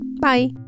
Bye